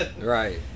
Right